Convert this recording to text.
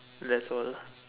that's all